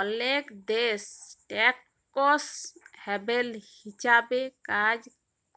অলেক দ্যাশ tax haven হিছাবে কাজ